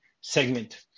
segment